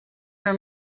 for